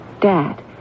Dad